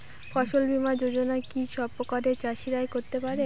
ফসল বীমা যোজনা কি সব প্রকারের চাষীরাই করতে পরে?